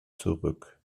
zurück